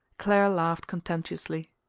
clare laughed contemptuously.